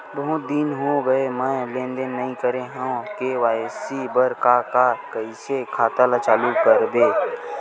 बहुत दिन हो गए मैं लेनदेन नई करे हाव के.वाई.सी बर का का कइसे खाता ला चालू करेबर?